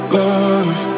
love